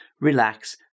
relax